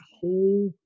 whole